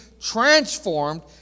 transformed